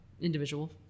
individual